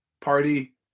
party